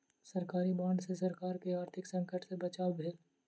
सरकारी बांड सॅ सरकार के आर्थिक संकट सॅ बचाव भेल